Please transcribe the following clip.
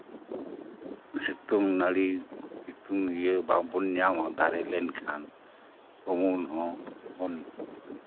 ᱥᱤᱛᱩᱝ ᱱᱟᱹᱲᱤ ᱥᱤᱛᱩᱝ ᱤᱭᱟᱹ ᱵᱟᱵᱚᱱ ᱧᱟᱢᱟ ᱫᱟᱨᱮ ᱞᱮᱱᱠᱷᱟᱱ ᱩᱱ ᱦᱚᱸ ᱵᱚᱱ